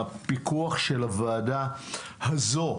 הפיקוח של הוועדה הזו,